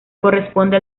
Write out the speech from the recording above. corresponde